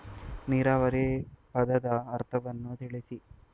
ನೀರಾವರಿ ಪದದ ಅರ್ಥವನ್ನು ತಿಳಿಸಿ?